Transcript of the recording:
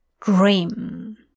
Dream